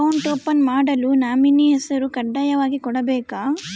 Account open ಮಾಡಲು nominee ಹೆಸರು ಕಡ್ಡಾಯವಾಗಿ ಕೊಡಬೇಕಾ?